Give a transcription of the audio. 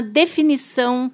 definição